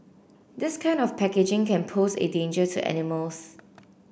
this kind of packaging can pose it danger to animals